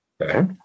Okay